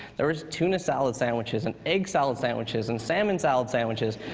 there was tuna salad sandwiches and egg salad sandwiches and salmon salad sandwiches.